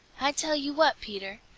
i tell you what, peter,